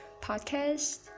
podcast